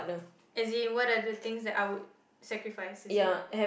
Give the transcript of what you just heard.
as in what are the things that I would sacrifice is it